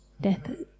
Death